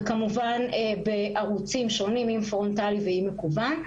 וכמובן בערוצים שונים - אם פרונטלי ואם מקוון.